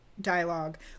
dialogue